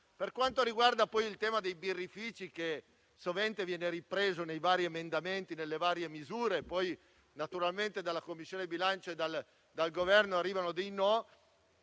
Per quanto riguarda poi il tema dei birrifici, che sovente viene ripreso nei vari emendamenti e nelle diverse misure, ma poi naturalmente dalla Commissione bilancio e dal Governo arrivano dei